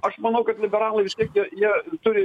aš manau kad liberalai vis tiek jie jie turi